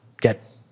get